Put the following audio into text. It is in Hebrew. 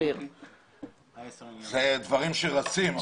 אלה דברים שרצים.